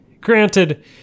granted